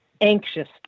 anxious